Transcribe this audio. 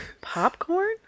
Popcorn